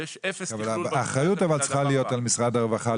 ויש אפס תכלול --- האחריות צריכה להיות על משרד הרווחה.